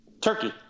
turkey